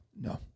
No